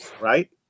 right